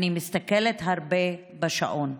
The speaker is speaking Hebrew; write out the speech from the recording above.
אני מסתכלת הרבה בשעון.